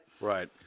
Right